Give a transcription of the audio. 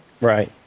Right